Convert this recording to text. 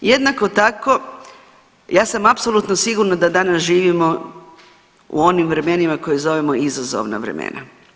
Jednako tako ja sam apsolutno sigurna da danas živimo u onim vremenima koje zovemo izazovna vremena.